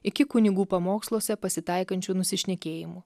iki kunigų pamoksluose pasitaikančių nusišnekėjimų